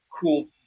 cool